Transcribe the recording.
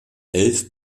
elf